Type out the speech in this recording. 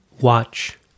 Watch